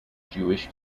jewish